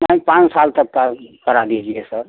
नहीं पाँच साल तक का करा दीजिए सर